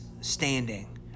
standing